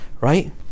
right